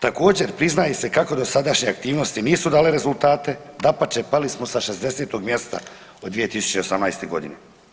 Također priznaje se kako dosadašnje aktivnosti nisu dale rezultate, dapače pali smo sa 60. mjesta od 2018.g.